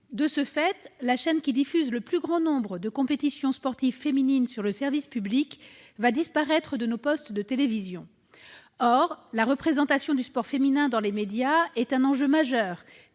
De ce fait, la chaîne qui diffuse le plus grand nombre de compétitions sportives féminines sur le service public va disparaître de nos postes de télévision. Or la représentation du sport féminin dans les médias est un enjeu majeur,